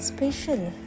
Special